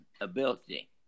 ability